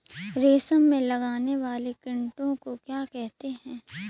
रेशम में लगने वाले कीड़े को क्या कहते हैं?